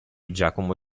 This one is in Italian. giacomo